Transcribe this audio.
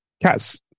Cats